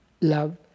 love